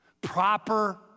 Proper